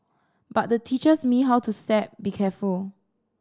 but the teaches me how to step be careful